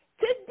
Today